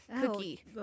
cookie